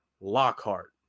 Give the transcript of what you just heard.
lockhart